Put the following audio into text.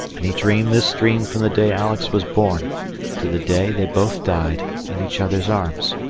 and he dreamed this dream from the day alex was born to the day they both died in each other's arms.